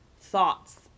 thoughts